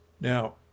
Now